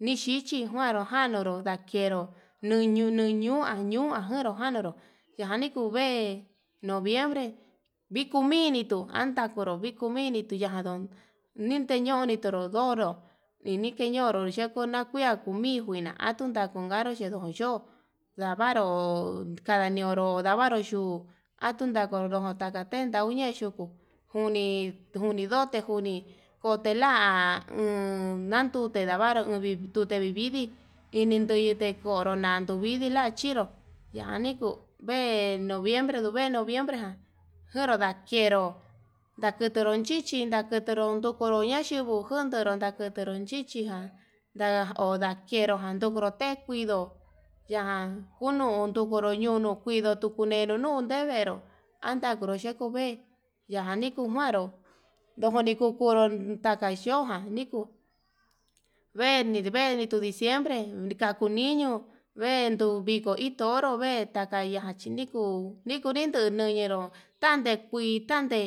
ni xhichi njuanoro ndakero nuñu nuñuu kuan ñuu ndajenro kuanero yani kuu vee noviembre, vikuu minitu anta vikuu vinritu yandon niteñoni tunrón ndonro nikeñoro yakuna kuia kumii njuina atun nakonkaro xhedo'o yo'ó ndavaro, kandanionru ndavaro yuu ayunkadu ndodo tanda ten yauni ñe'e yuku njuni ndote njuni otela o'on ndandute la'a lavaru ndute vividi, inin nuyen tikodo nan tudivi lachinro yaniku vee noviembre nduu vee noviembre ján njero ndakero ndakuturu chichi ndakuturo ndukuro na yinguo, junturo nakuturo chichijan nda onro ndakero ndukuru te'e kuido yan ndunuu kuuru ñondu kuido tukunenu nunde, venró anda yuu xheko uvee yaka niku njuaro ndojo nikukuro takai yojan nikuu veni veni tuu diciembre ndaku niño, vendu viko iin toro vee tayachi nikuu niku niku nduyenró tante kui tante.